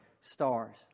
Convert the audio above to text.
stars